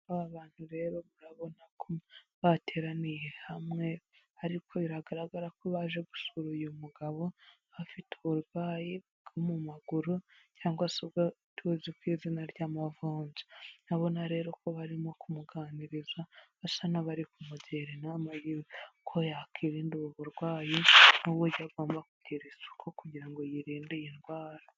Aba bantu rero murabona ko bateraniye hamwe, ariko biragaragara ko baje gusura uyu mugabo afite uburwayi bwo mu maguru cyangwa se ubwo tuzi ku izina ry'amavunja, abona rero ko barimo kumuganiriza basa n'abari kumutera inama yo ko yakwirinda ubu burwayi n'uburyogomba kugira i suku kugira ngo yirinde iyi ndwara.